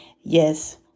Yes